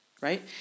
right